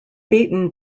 beaten